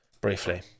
briefly